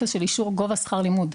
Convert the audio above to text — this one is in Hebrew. טופס של אישור גובה שכר לימוד.